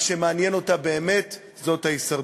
מה שמעניין אותה באמת הוא ההישרדות.